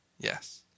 Yes